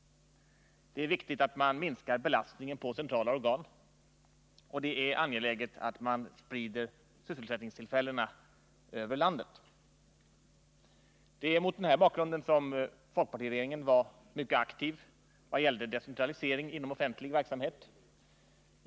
Det är viktigt att man minskar belastningen på centrala organ, och det är angeläget att man sprider sysselsättningstillfällena över landet. Mot den här bakgrunden var folkpartiregeringen mycket aktiv i vad gällde decentralisering inom offentlig verksamhet.